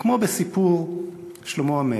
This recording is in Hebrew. וכמו בסיפור שלמה המלך,